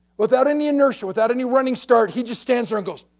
without any inertia, without any running start, he just stands there and goes.